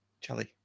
Charlie